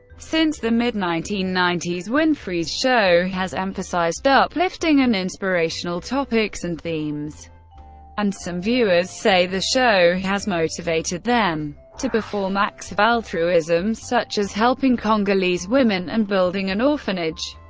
since the mid nineteen ninety s, winfrey's show has emphasized uplifting and inspirational topics and themes and some viewers say the show has motivated them to perform acts of altruism such as helping congolese women and building an orphanage.